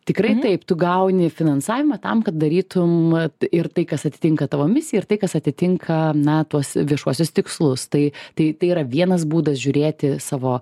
tikrai taip tu gauni finansavimą tam kad darytum a ir tai kas atitinka tavo misiją ir tai tai kas atitinka na tuos viešuosius tikslus tai tai tai yra vienas būdas žiūrėti savo